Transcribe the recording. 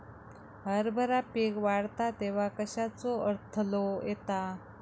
हरभरा पीक वाढता तेव्हा कश्याचो अडथलो येता?